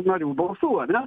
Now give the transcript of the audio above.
narių balsų ar ne